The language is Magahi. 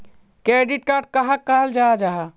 क्रेडिट कार्ड कहाक कहाल जाहा जाहा?